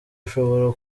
ushobora